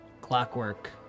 clockwork